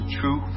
true